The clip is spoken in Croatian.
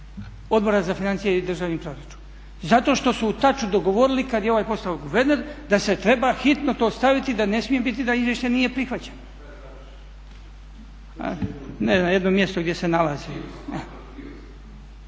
Odbora za financije i državni proračunu. Zato što su u taču dogovorili kad je ovaj postao guverner da se treba hitno to staviti da ne smije biti da izvješće nije prihvaćeno. …/Upadica se ne čuje./… Ne na